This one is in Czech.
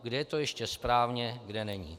Kde je to ještě správně, kde není.